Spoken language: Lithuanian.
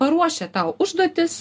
paruošia tau užduotis